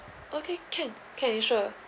okay can can sure